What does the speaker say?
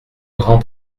grand